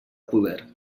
poder